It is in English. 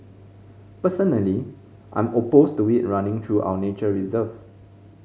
personally I'm opposed to it running through our nature reserve